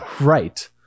right